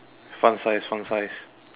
fun size fun size